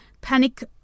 Panic